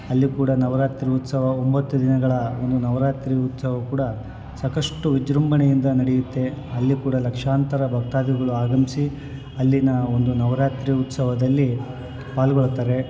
ಅಲ್ಲಿ ಕೂಡ ನವರಾತ್ರಿ ಉತ್ಸವ ಒಂಬತ್ತು ದಿನಗಳ ಒಂದು ನವರಾತ್ರಿ ಉತ್ಸವವು ಕೂಡ ಸಾಕಷ್ಟು ವಿಜೃಂಭಣೆಯಿಂದ ನಡೆಯುತ್ತೆ ಅಲ್ಲಿ ಕೂಡ ಲಕ್ಷಾಂತರ ಭಕ್ತಾದಿಗಳು ಆಗಮಿಸಿ ಅಲ್ಲಿನ ಒಂದು ನವರಾತ್ರಿ ಉತ್ಸವದಲ್ಲಿ ಪಾಲ್ಗೊಳ್ತಾರೆ